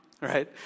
Right